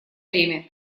время